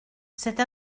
cette